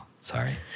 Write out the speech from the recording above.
Sorry